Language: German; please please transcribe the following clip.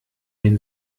den